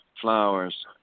Flowers